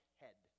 head